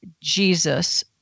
Jesus